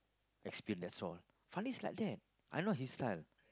explain that's all Fandi is like that I know his style